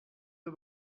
nur